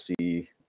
see